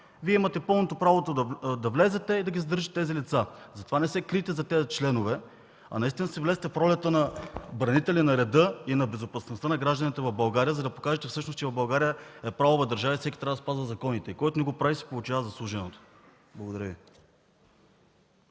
Вие имате пълното право да влезете и да задържите тези лица. Затова не се крийте зад тези членове, а наистина влезте в ролята на бранители на реда и на безопасността на гражданите в България, за да покажете всъщност, че България е правова държава и всеки трябва да спазва законите и който не го прави, си получава заслуженото. Благодаря Ви.